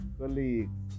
colleagues